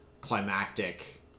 climactic